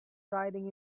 riding